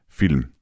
film